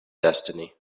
destiny